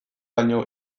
baino